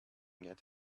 get